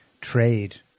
trade